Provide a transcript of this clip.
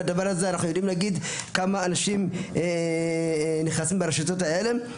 ואנחנו יודעים להגיד כמה אנשים נכנסים ברשתות האלה.